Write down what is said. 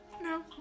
No